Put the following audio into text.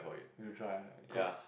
you try cause